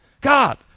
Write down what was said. God